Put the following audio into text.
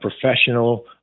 professional